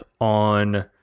on